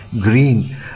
green